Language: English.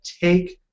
take